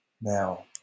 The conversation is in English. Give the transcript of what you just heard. Now